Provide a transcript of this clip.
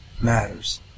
matters